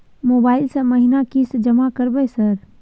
Mobile से महीना किस्त जमा करबै सर?